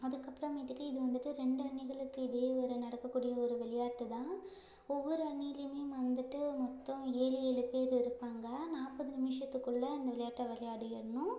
அதுக்கப்புறமேட்டுக்கு இதுவந்துட்டு ரெண்டு அணிகளுக்கு இடையே ஒரு நடக்கக்கூடிய ஒரு விளையாட்டுதான் ஒவ்வொரு அணியிலேயுமே வந்துட்டு மொத்தம் ஏழு ஏழு பேர் இருப்பாங்கள் நாற்பது நிமிஷத்துக்குள்ள அந்த விளையாட்ட விளையாடிர்ணும்